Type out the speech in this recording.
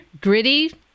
gritty